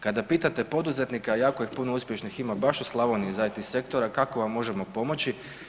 Kada pitate poduzetnika, a jako ih puno uspješnih ima baš u Slavoniji iz IT sektora kako vam možemo pomoći.